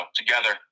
together